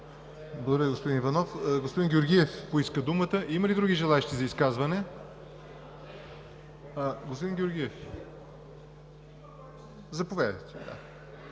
Благодаря, господин Иванов. Господин Георгиев поиска думата. Има ли други желаещи за изказване? Господин Георгиев, заповядайте.